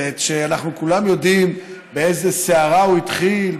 שכולנו יודעים באיזה סערה הוא התחיל,